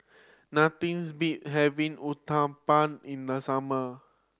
nothings beat having Uthapam in the summer